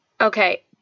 okay